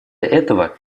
этого